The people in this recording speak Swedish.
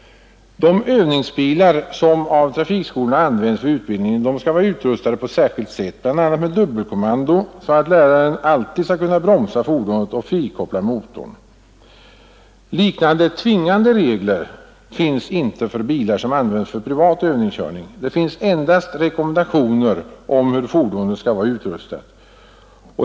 De övningsbilar som av trafikskolorna används vid utbildningen skall vara utrustade på särskilt sätt, bl.a. med dubbelkommando, så att läraren alltid skall kunna bromsa fordonet och frikoppla motorn. Liknande tvingande regler finns inte för bilar som används för privat övningskör ning; det finns endast rekommendationer om hur fordonet skall vara utrustat.